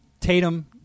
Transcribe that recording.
Tatum